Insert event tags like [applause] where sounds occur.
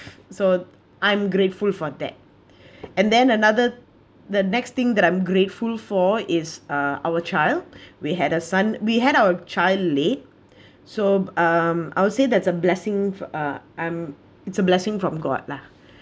so I'm grateful for that [breath] and then another the next thing that I'm grateful for is uh our child [breath] we had a son we had our child late [breath] so um I'll say that's a blessing uh um it's a blessing from god lah